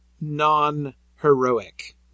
non-heroic